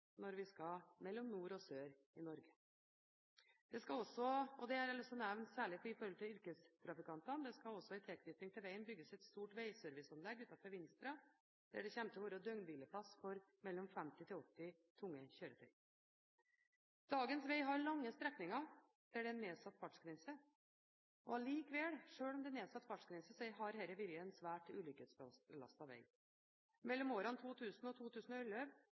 når vi skal mellom nord og sør i Norge. Det jeg har lyst til å nevne, særlig med tanke på yrkestrafikantene, er at det i tilknytning til vegen også skal bygges et stort vegserviceanlegg utenfor Vinstra, der det kommer til å være døgnhvileplass for mellom 50 og 80 tunge kjøretøyer. Dagens veg har lange strekninger med nedsatt fartsgrense. Sjøl om det er nedsatt fartsgrense, har dette vært en svært ulykkesbelastet veg. Mellom 2000 og